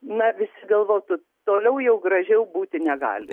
na visi galvotų toliau jau gražiau būti negali